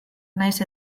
nahiz